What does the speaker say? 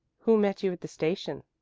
who met you at the station,